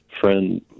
friend